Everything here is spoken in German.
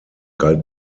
galt